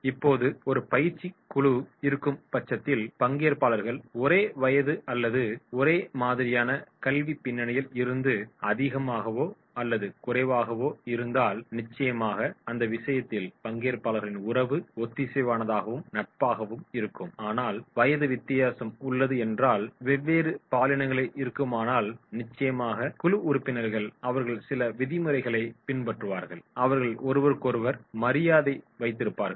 இப்போது ஒரு பயிற்சி குழு இருக்கும் பட்சத்தில் பங்கேற்பாளர்கள் ஒரே வயது அல்லது ஒரேமாதிரியான கல்விப் பின்னணியில் இருந்து அதிகமாகவோ அல்லது குறைவாகவோ இருந்தால் நிச்சயமாக அந்த விஷயத்தில் பங்கேற்பாளர்களின் உறவு ஒத்திசைவானதாகவும் நட்பாகவும் இருக்கும் ஆனால் வயது வித்தியாசம் உள்ளது என்றால் வெவ்வேறு பாலினங்கள் இருக்குமானால் நிச்சயமாக குழு உறுப்பினர்கள் அவர்கள் சில விதிமுறைகளைப் பின்பற்றுவார்கள் அவர்கள் ஒருவருக்கொருவர் மரியாதை வைத்திருப்பார்கள்